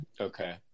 Okay